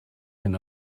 hyn